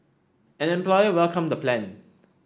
an employer welcomed the plan